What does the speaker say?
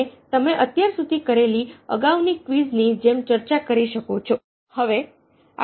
અને તમે અત્યાર સુધી કરેલી અગાઉની ક્વિઝ ની જેમ ચર્ચા કરી શકો છો